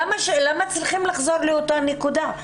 למה צריכים לחזור לאותה נקודה?